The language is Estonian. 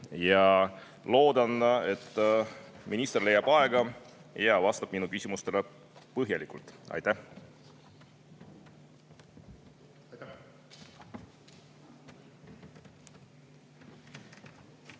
Loodan, et minister leiab aega ja vastab minu küsimustele põhjalikult. Aitäh!